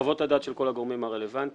חוות הדעת של כל הגורמים הרלוונטיים